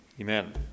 Amen